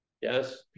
Yes